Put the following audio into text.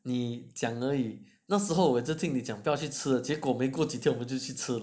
你讲而已那时候我也是听你讲不要去吃了结果没过几下我们不就去吃了